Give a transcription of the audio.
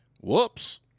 whoops